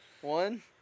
One